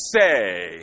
say